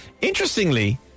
interestingly